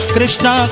Krishna